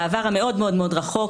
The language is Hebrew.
בעבר המאוד מאוד רחוק,